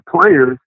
players